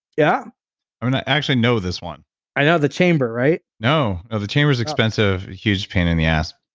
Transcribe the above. yeah i mean, i actually know this one i know, the chamber, right? no. no, the chamber is expensive, a huge pain in the ass,